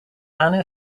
anna